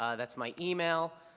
ah that's my email.